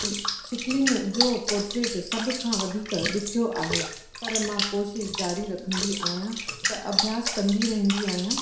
शिकिलियुनि जो पोर्टेट सभ खां वधीक ॾुखियो आहे पर मां कोशिश जारी रखंदी आहियां त अभ्यास कंदी रहंदी आहियां